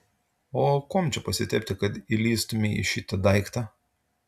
o kuom čia pasitepti kad įlįstumei į šitą daiktą